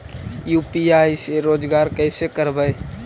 UPI से रोजगार कैसे करबय?